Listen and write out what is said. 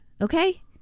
okay